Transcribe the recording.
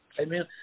Amen